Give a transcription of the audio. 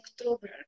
October